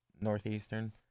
northeastern